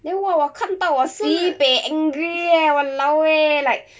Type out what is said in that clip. then !wah! 我看到我 sibeh angry eh !walao! eh like